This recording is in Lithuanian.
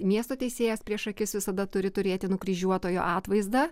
miesto teisėjas prieš akis visada turi turėti nukryžiuotojo atvaizdą